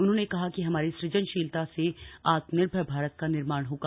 मुख्यमंत्री ने कहा कि हमारी सुजनशीलता से आत्मनिर्भर भारत का निर्माण होगा